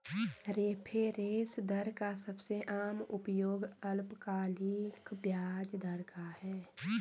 reference दर का सबसे आम उपयोग अल्पकालिक ब्याज दर का है